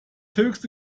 höchste